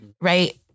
Right